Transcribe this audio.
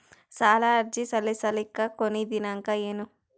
ಸಾಲ ಅರ್ಜಿ ಸಲ್ಲಿಸಲಿಕ ಕೊನಿ ದಿನಾಂಕ ಏನು?